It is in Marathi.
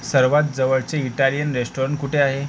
सर्वात जवळचे इटालियन रेस्टॉरण कुठे आहे